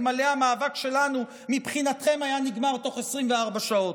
אלמלא המאבק שלנו מבחינתכם הוא היה נגמר תוך 24 שעות.